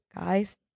guys